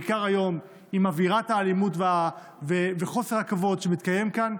בעיקר היום עם אווירת האלימות וחוסר הכבוד שמתקיימת כאן.